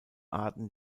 arten